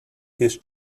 his